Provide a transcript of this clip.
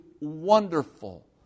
Wonderful